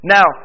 Now